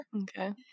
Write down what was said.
Okay